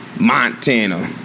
Montana